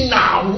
now